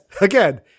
again